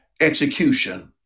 execution